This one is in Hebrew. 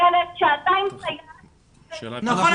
--- שעתיים סייעת --- נכון.